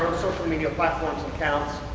media platforms accounts.